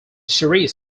series